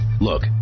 Look